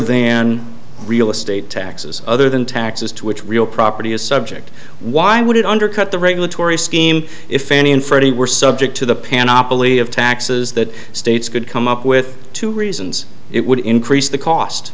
then real estate taxes other than taxes to which real property is subject why would it undercut the regulatory scheme if fannie and freddie were subject to the panoply of taxes that states could come up with two reasons it would increase the cost